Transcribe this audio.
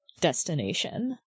destination